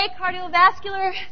cardiovascular